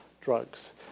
drugs